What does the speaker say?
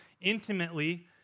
intimately